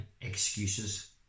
excuses